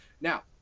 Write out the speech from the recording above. Now